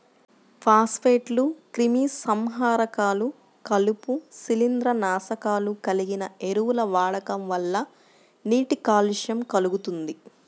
ఫాస్ఫేట్లు, క్రిమిసంహారకాలు, కలుపు, శిలీంద్రనాశకాలు కలిగిన ఎరువుల వాడకం వల్ల నీటి కాలుష్యం కల్గుతుంది